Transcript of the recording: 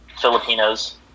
Filipinos